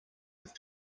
have